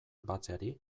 batzeari